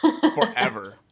Forever